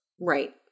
Right